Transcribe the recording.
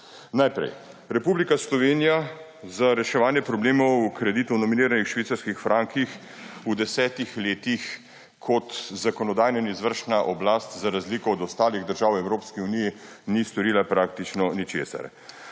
sprejme. Republika Slovenija za reševanje problemov kreditov, nominiranih v švicarskih frankih, v desetih letih kot zakonodajna in izvršna oblast za razliko od ostalih držav Evropske unije ni storila praktično ničesar.